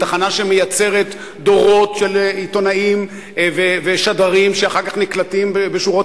תחנה שמייצרת דורות של עיתונאים ושדרים שאחר כך נקלטים בשורות